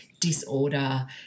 disorder